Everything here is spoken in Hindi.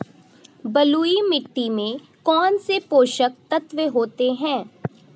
बलुई मिट्टी में कौनसे पोषक तत्व होते हैं?